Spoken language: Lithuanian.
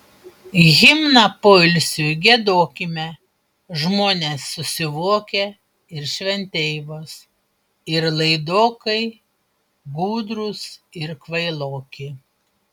himną poilsiui giedokime žmonės susivokę ir šventeivos ir laidokai gudrūs ir kvailoki